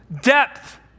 depth